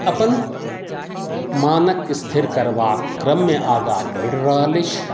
अपन मानक स्थिर करबाक क्रममे आगाँ बढ़ि रहल अछि